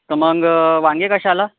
तर मग वांगे कशाला